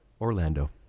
Orlando